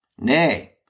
Nay